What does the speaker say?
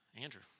Andrew